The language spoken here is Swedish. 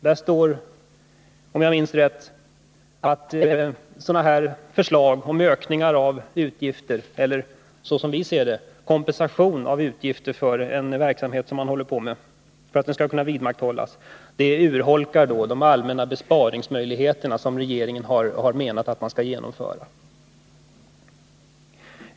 Där står, om jag minns rätt, att sådana här förslag till ökningar av utgifter — eller, såsom vi ser det, kompensation för utgifter för att en verksamhet som man håller på med skall kunna vidmakthållas — urholkar de allmänna besparingsmöjligheter som regeringen har menat att man skall genomföra.